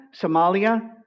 Somalia